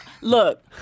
Look